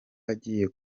agiye